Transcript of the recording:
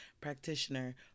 practitioner